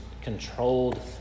controlled